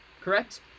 correct